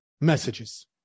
messages